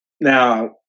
Now